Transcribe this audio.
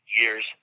years